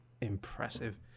impressive